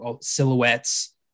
silhouettes